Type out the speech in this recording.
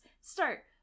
start